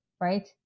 right